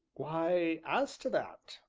why, as to that,